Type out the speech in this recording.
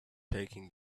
taking